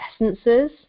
essences